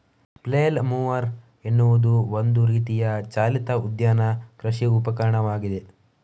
flail mower ಎನ್ನುವುದು ಒಂದು ರೀತಿಯ ಚಾಲಿತ ಉದ್ಯಾನ ಕೃಷಿ ಉಪಕರಣವಾಗಿದೆ